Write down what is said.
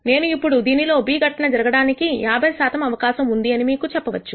నేను ఇప్పుడు దీనిలో B ఘటన జరగడానికి 50 శాతం అవకాశం ఉంది అని మీకు చెప్పవచ్చు